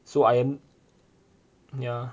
so I yeah